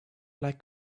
like